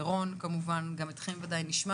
מירון, נשמע גם אותם.